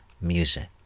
Music